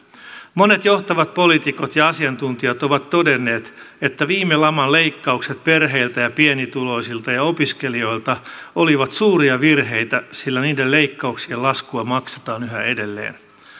monet johtavat poliitikot ja asiantuntijat ovat todenneet että viime laman leikkaukset perheiltä ja pienituloisilta ja ja opiskelijoilta olivat suuria virheitä sillä niiden leikkauksien laskua maksetaan yhä edelleen